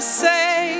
say